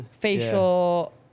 Facial